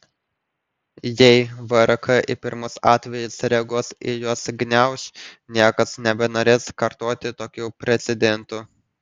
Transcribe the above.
jei vrk į pirmus atvejus reaguos ir juos gniauš niekas nebenorės kartoti tokių precedentų